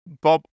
Bob